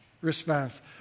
response